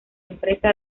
empresa